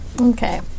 Okay